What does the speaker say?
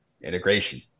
integration